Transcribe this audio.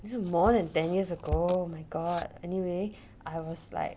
this is more than ten years ago my god anyway I was like